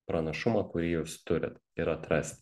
pranašumą kurį jūs turit ir atrasti